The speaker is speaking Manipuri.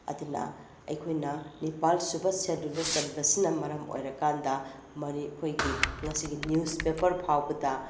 ꯑꯗꯨꯅ ꯑꯩꯈꯣꯏꯅ ꯅꯤꯄꯥꯜꯁꯨꯕ ꯁꯦꯗꯨꯜꯗ ꯆꯟꯕꯁꯤꯕ ꯃꯔꯝ ꯑꯣꯏꯔꯀꯥꯟꯗ ꯑꯩꯈꯣꯏꯒꯤ ꯉꯁꯤꯒꯤ ꯅ꯭ꯌꯨꯁꯄꯦꯄꯔ ꯐꯥꯎꯕꯗ